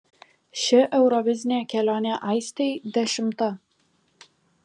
ši eurovizinė kelionė aistei dešimta